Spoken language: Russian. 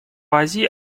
азии